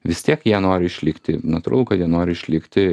vis tiek jie nori išlikti natūralu kad jie nori išlikti